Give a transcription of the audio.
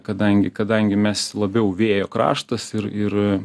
kadangi kadangi mes labiau vėjo kraštas ir ir